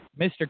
mr